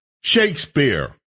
Shakespeare